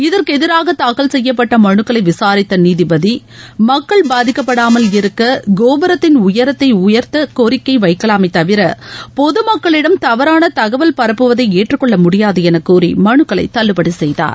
இதற்கு எதிராக தூக்கல் செய்யப்பட்ட மனுக்களை விசாரித்த நீதிபதி மக்கள்பாதிக்கப்படாமல் இருக்க கோபுரத்தின் உயரத்தை உயர்த்த கோரிக்கை வைக்கலாமே தவிர பொதுமக்களிடம் தவறான தகவல் பரப்புவதை ஏற்றுக்கொள்ள முடியாது என கூறி மனுக்களை தள்ளுபடி செய்தார்